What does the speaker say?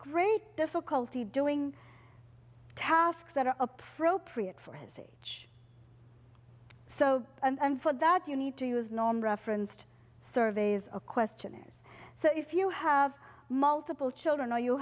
great difficulty doing tasks that are appropriate for his age so and for that you need to use norm referenced surveys of questionnaires so if you have multiple children or you